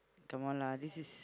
come on lah this is